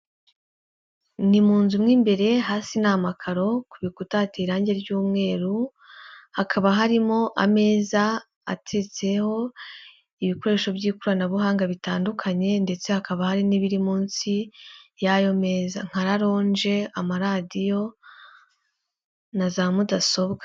Ni mu nzu mu imbere hasi ni amakaro, ku bikuta hateye irange ry'umweru, hakaba harimo ameza ateretseho ibikoresho by'ikoranabuhanga bitandukanye ndetse hakaba hari n'ibiri munsi y'ayo meza nka ralonje, amaradiyo na za mudasobwa.